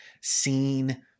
seen